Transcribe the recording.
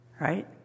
Right